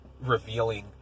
revealing